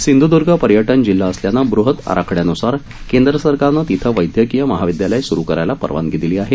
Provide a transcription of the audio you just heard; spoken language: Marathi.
सिंध्दर्म पर्यटन जिल्हा असल्यानं बृहत् आराखड्यान्सार केंद्र सरकारनं तिथं वैद्यकीय महाविद्यालय स्रू करायला परवानगी दिली आहे